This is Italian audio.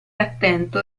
attento